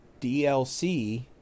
DLC